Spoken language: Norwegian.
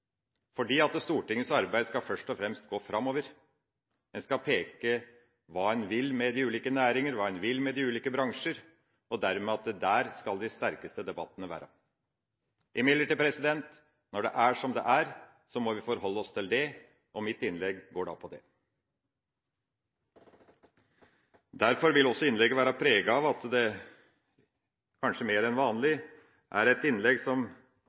Stortingets arbeid skal først og fremst peke framover. Man skal peke på hva man vil med de ulike næringer, og hva man vil med de ulike bransjer – og der skal de sterkeste debattene være. Imidlertid – når det er som det er – må vi forholde oss til det, og mitt innlegg går inn på det. Derfor vil innlegget – kanskje mer enn vanlig – være preget av